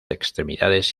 extremidades